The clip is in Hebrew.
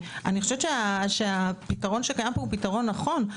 אז אני חושבת שהפתרון שהוצע פה הוא פתרון נכון,